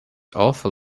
awful